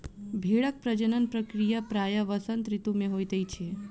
भेड़क प्रजनन प्रक्रिया प्रायः वसंत ऋतू मे होइत अछि